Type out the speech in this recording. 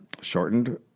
shortened